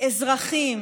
אזרחים